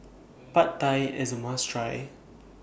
Pad Thai IS A must Try